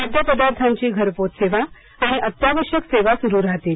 खाद्यपदार्थांची घरपोच सेवा आणि अत्यावश्यक सेवा सुरू राहतील